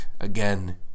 again